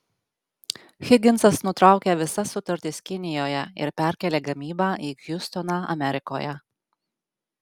higinsas nutraukė visas sutartis kinijoje ir perkėlė gamybą į hjustoną amerikoje